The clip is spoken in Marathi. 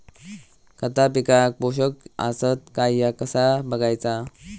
खता पिकाक पोषक आसत काय ह्या कसा बगायचा?